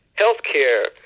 healthcare